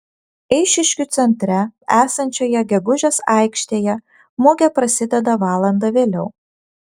eišiškių centre esančioje gegužės aikštėje mugė prasideda valanda vėliau